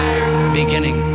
Beginning